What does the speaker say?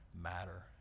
matter